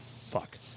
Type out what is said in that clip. Fuck